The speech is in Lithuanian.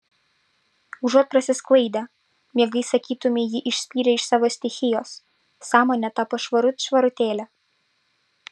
užuot prasisklaidę miegai sakytumei jį išspyrė iš savo stichijos sąmonė tapo švarut švarutėlė